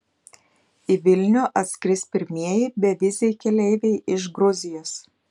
į vilnių atskris pirmieji beviziai keleiviai iš gruzijos